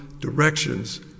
directions